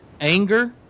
anger